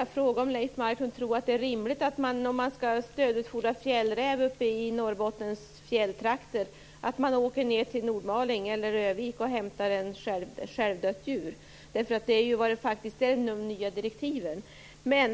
Örnsköldsvik. Tror Leif Marklund att det är rimligt att man, om man skall stödutfodra fjällräv uppe i Norrbottens fjälltrakter, åker ned till Nordmaling eller Örnsköldsvik för att hämta ett självdött djur. Det är faktiskt vad de nya direktiven innebär.